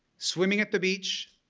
swimming at the beach,